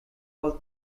both